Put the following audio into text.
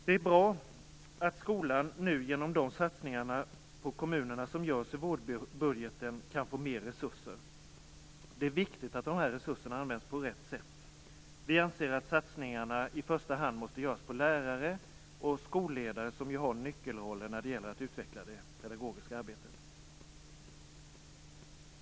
Det är bra att skolan nu genom de satsningar på kommunerna som görs i vårbudgeten kan få mera resurser. Det är viktigt att de här resurserna används på rätt sätt. Vi anser att satsningarna i första hand måste göras på lärare och skolledare, som har en nyckelroll när det gäller att utveckla det pedagogiska arbetet.